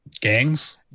Gangs